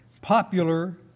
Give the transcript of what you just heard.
popular